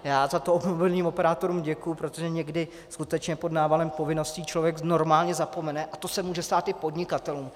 Já za to mobilním operátorům děkuji, protože někdy skutečně pod návalem povinností člověk normálně zapomene a to se může stát i podnikatelům.